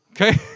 okay